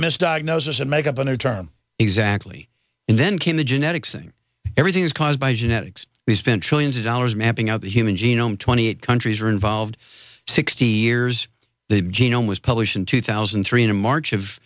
misdiagnosis and make up on it exactly and then came the genetics thing everything is caused by genetics we spent trillions of dollars mapping out the human genome twenty eight countries are involved sixty years the genome was published in two thousand three in march of